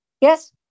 Yes